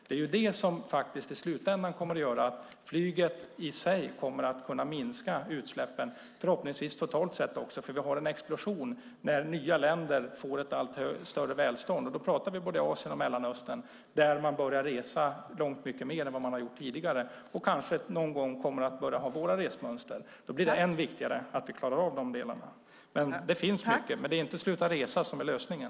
Det är sådant som i slutändan kommer att göra att flyget kommer att minska utsläppen, förhoppningsvis totalt sett. Vi får en explosion när många länder i Asien och Mellanöstern får ett allt större välstånd och invånarna börjar resa mycket mer än tidigare. Om de någon gång får vårt resmönster blir det ännu viktigare att vi klarar av detta. Att sluta resa är dock inte lösningen.